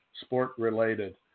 sport-related